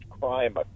crime